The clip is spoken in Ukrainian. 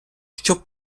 щоб